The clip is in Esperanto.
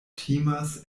timas